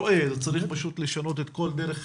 צריך פשוט לשנות את כל דרך הגישה,